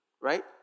Right